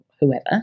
whoever